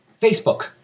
Facebook